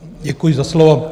Děkuji za slovo.